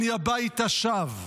אני הביתה שב.